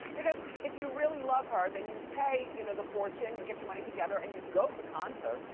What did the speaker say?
because if you really love her then you'd pay you know the fortune and get your money together and you'd go to the concert.